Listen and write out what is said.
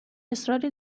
اصراری